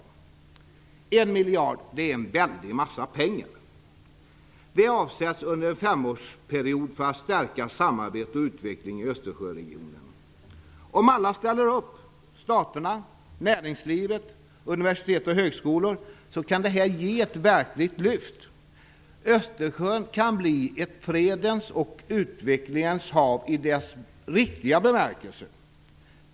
En miljard är en väldig massa pengar. Det avsätts under en femårsperiod för att samarbete och utveckling i Östersjöregionen skall stärkas. Om alla ställer upp - staterna, näringslivet, universiteten och högskolorna - kan detta ge ett verkligt lyft. Östersjön kan bli ett fredens och utvecklingens hav i dess riktiga bemärkelse.